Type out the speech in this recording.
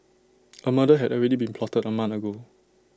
A murder had already been plotted A month ago